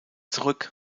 zurück